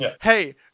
hey